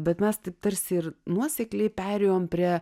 bet mes tai tarsi ir nuosekliai perėjom prie